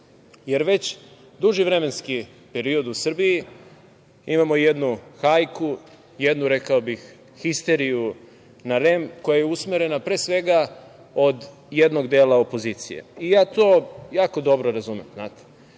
jer duži vremenski period u Srbiji imamo jednu hajku, jednu, rekao bih histeriju na REM koja je usmerene pre svega od jednog dela opozicije. To jako dobro razumem. Kada